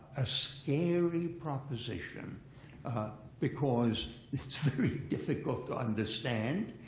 a scary proposition because it's very difficult to understand.